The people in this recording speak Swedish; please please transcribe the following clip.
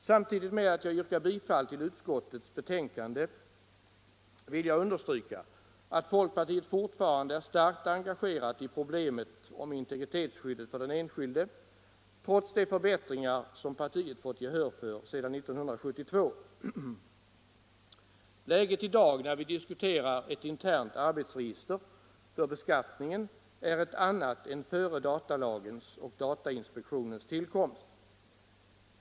Samtidigt med att jag yrkar bifall till utskottets hemställan vill jag understryka att folkpartiet fortfarande är starkt engagerat i problemet om integritetsskyddet för den enskilde, trots de förbättringar som partiet fått gehör för sedan 1972. Läget i dag, när vi diskuterar ett internt arbetsregister för beskattningen, är ett annat än före datalagens och datainspektionens tillkomst.